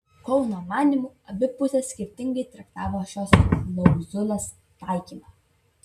kauno manymu abi pusės skirtingai traktavo šios klauzulės taikymą